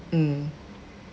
mm